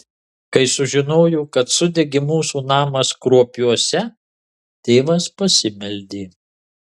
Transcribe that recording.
kai sužinojo kad sudegė mūsų namas kruopiuose tėvas pasimeldė